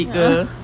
a'ah